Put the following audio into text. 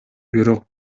бирок